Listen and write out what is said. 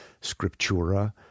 scriptura